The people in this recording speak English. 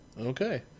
okay